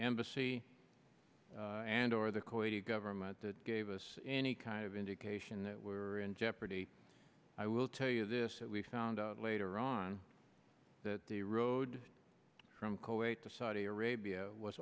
embassy and or the kuwaiti government that gave us any kind of indication that we're in jeopardy i will tell you this we found out later on that the road from coate to saudi arabia was